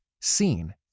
seen